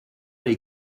les